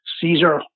Caesar